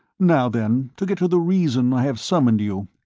now then, to get to the reason i have summoned you.